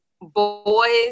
boys